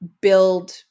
build